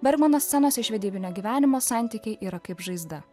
bergmanas scenos iš vedybinio gyvenimo santykiai yra kaip žaizda